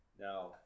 Now